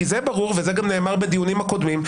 כי זה ברור וזה גם נאמר בדיונים הקודמים,